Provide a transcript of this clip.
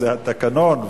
וזה התקנון,